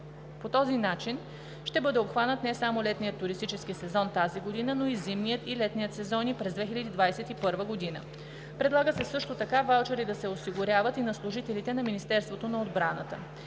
По този начин ще бъде обхванат не само летният туристически сезон тази година, но и зимният и летният сезони през 2021 г. Предлага се също така ваучери да се осигуряват и на служителите на Министерството на отбраната,